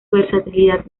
versatilidad